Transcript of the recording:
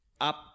Up